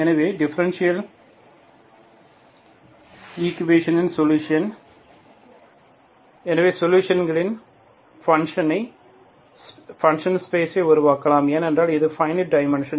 எனவே டிஃபரண்ஷியல் ஈக்குவேஷனின் சொலுஷன் எனவே சொலுஷன்கள் ஃபங்ஷன் ஸ்பேசை உருவாக்கலாம் ஏனென்றால் அது இன்பைனைட் டைமான்ஷன்